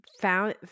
found